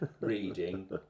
reading